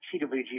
CWG